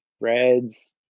reds